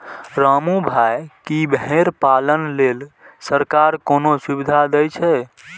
रामू भाइ, की भेड़ पालन लेल सरकार कोनो सुविधा दै छै?